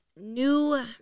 new